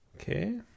Okay